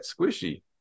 squishy